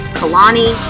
kalani